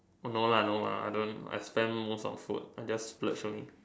no lah no lah I don't I spend most on food I just splurge only